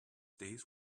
days